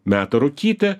meta rūkyti